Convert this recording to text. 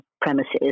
premises